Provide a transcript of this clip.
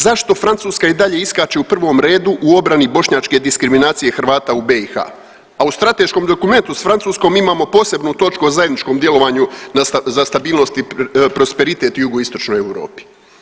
Zašto Francuska i dalje iskače u prvom redu u obrani bošnjačke diskriminacije Hrvata u BiH, a u strateškom dokumentu s Francuskom imamo posebnu točku o zajedničkom djelovanju za stabilnost i prosperitet u jugoistočnoj Europi?